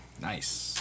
Nice